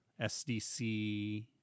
SDC